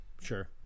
sure